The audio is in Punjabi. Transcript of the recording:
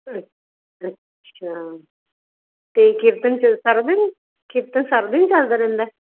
ਅੱਛਾ ਅਤੇ ਕੀਰਤਨ 'ਚ ਸਾਰਾ ਦਿਨ ਕੀਰਤਨ ਸਾਰਾ ਦਿਨ ਚਲਦਾ ਰਹਿੰਦਾ